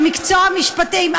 במקצוע המשפטים,